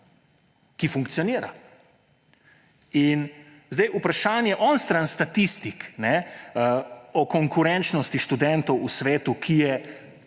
ki funkcionira. In zdaj vprašanje onstran statistik o konkurenčnosti študentov v svetu, ki je,